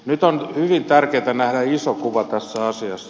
nyt on hyvin tärkeätä nähdä iso kuva tässä asiassa